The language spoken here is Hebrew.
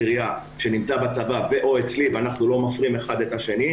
ירייה שנמצא בצבא ו/או אצלי ואנחנו לא מפרים אחד את השני,